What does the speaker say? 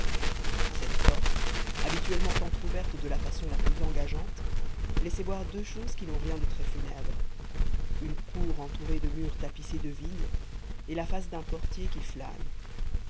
cette porte habituellement entrouverte de la façon la plus engageante laissait voir deux choses qui n'ont rien de très funèbre une cour entourée de murs tapissés de vigne et la face d'un portier qui flâne